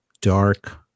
dark